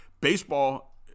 Baseball